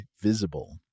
Visible